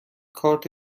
کارت